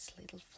little